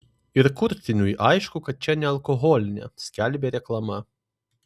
ir kurtiniui aišku kad čia nealkoholinė skelbė reklama